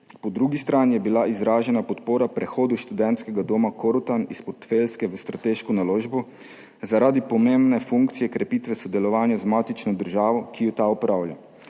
Po drugi strani je bila izražena podpora prehodu študentskega doma Korotan iz portfeljske v strateško naložbo zaradi pomembne funkcije krepitve sodelovanja z matično državo, ki jo ta opravlja.